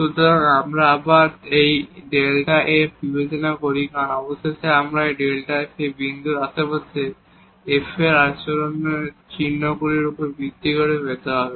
সুতরাং আমরা আবার এই Δ f বিবেচনা করি কারণ অবশেষে আমাদের এই Δf এই বিন্দুর আশেপাশে এই f এর আচরণ এই চিহ্নগুলির উপর ভিত্তি করে পেতে হবে